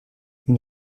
une